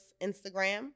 Instagram